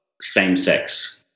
same-sex